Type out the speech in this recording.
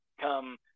come